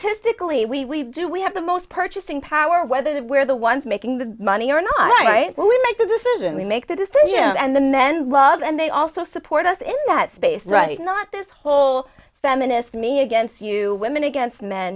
stickily we do we have the most purchasing power whether that we're the ones making the money or not right when we make the decision we make the decisions and the men love and they also support us in that space right not this whole feminist me against you women against men